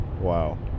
Wow